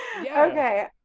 okay